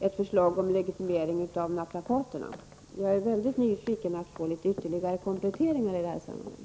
ett förslag om legitimering av naprapaterna? Jag är mycket nyfiken på att få ytterligare kompletteringar i detta sammanhang.